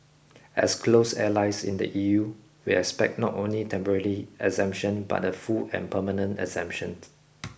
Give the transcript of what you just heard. as close allies in the E U we expect not only temporarily exemption but a full and permanent exemption